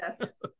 yes